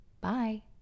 bye